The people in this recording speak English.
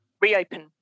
reopen